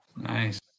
Nice